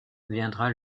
viendra